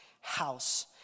house